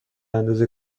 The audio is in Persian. اندازه